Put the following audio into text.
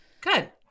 Good